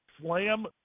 slam